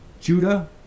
Judah